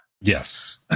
yes